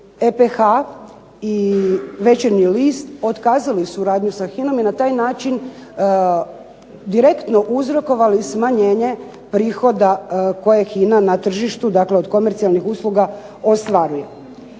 EPH i Večernji list otkazali suradnju sa HINA-om i na taj način direktno uzrokovali smanjenje prihoda koje je HINA na tržištu, dakle od komercijalnih usluga ostvaruje.